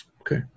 Okay